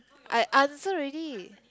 I answer already